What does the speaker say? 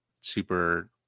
super